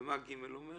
ומה (ג) אומר?